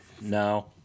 No